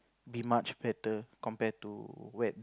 be much better compared to when